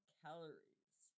calories